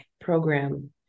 program